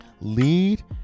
lead